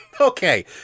Okay